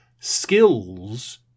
Skills